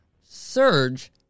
surge